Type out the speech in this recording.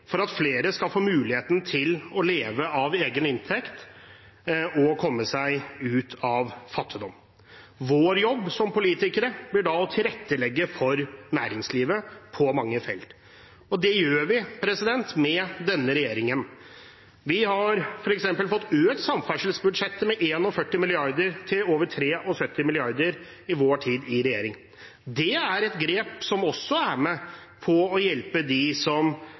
for at flere skal få mulighet til å leve av egen inntekt og komme seg ut av fattigdom. Vår jobb som politikere blir da å tilrettelegge for næringslivet på mange felt. Og det gjør vi med denne regjeringen. Vi har f.eks. fått økt samferdselsbudsjettet med 41 mrd. kr til over 73 mrd. kr i vår tid i regjering. Det er et grep som er med på å hjelpe dem som